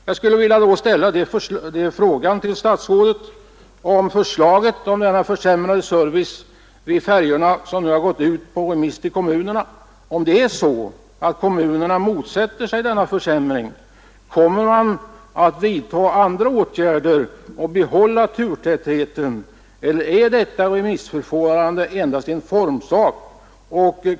Jag skulle då vilja fråga statsrådet beträffande det förslag om den försämrade servicen vid färjorna som nu gått ut på remiss till kommunerna: Om det är så att kommunen motsätter sig denna försämring, kommer man att vidta andra åtgärder och behålla turtätheten eller är detta remissförfarande endast en formsak?